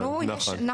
כן.